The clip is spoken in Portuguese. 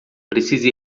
precisa